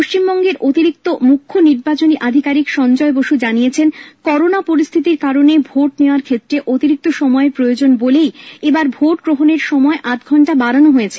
পশ্চিমবঙ্গের অতিরিক্ত মুখ্য নির্বাচনী আধিকারিক সঞ্জয় বস জানিয়েছেন করোনা পরিস্থিতির কারণে ভোট নেওয়ার ক্ষেত্রে অতিরিক্ত সময়ের প্রয়োজন বলেই এবার ভোট গ্রহণের সময় আধঘন্টা বাড়ানো হয়েছে